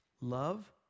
love